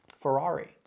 ferrari